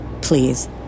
Please